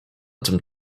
tym